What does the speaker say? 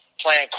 playing